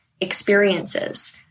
experiences